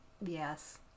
yes